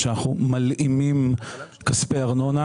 שאנחנו מלאימים כספי ארנונה